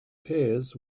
piers